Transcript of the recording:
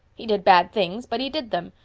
he did bad things, but he did them.